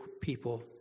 people